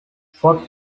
hot